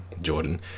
Jordan